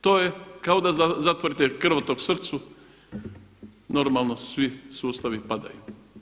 To je kao da zatvorite krvotok srcu, normalno svi sustavi padaju.